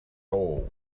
all